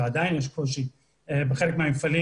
ועדיין יש קושי בחלק מהמפעלים,